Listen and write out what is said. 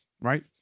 right